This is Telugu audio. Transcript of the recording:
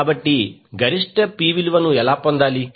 కాబట్టి గరిష్ట P విలువను ఎలా పొందాలి